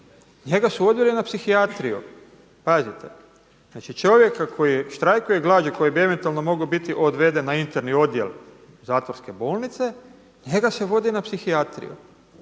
njega su odveli na psihijatriju. Pazite, znači čovjeka koji je štrajkao glađu koji bi eventualno mogao biti odveden na Interni odjel zatvorske bolnice, njega se vodi na psihijatriju